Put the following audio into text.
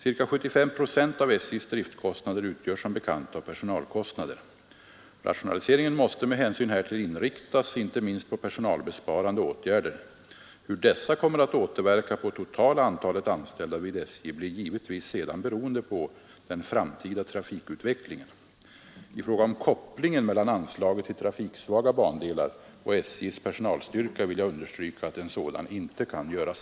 Ca 75 procent av SJ:s driftkostnader utgörs som bekant av personalkostnader. Rationaliseringen måste med hänsyn härtill inriktas inte minst på personalbesparande åtgärder. Hur dessa kommer att återverka på totala antalet anställda vid SJ blir givetvis sedan beroende på den framtida trafikutvecklingen. I fråga om kopplingen mellan anslaget till trafiksvaga bandelar och SJ:s personalstyrka vill jag understryka att en sådan inte kan göras.